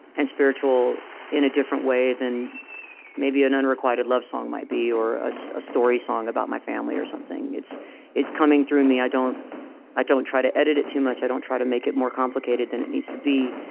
and spiritual in a different way than maybe an unrequited love song might be or a story song about my family or something. it's it's coming through me. i don't i don't try to edit it too much. i don't try to make it more complicated than it needs to be.